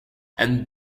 and